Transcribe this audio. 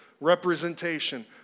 representation